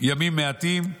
"ימים מעטים".